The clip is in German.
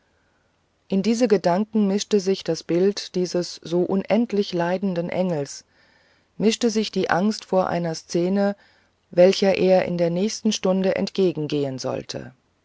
in diese gedanken mischte sich das bild dieses so unendlich leidenden engels mischte sich die angst vor einer szene welcher er in der nächsten stunde entgegengehen sollte